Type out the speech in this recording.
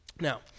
now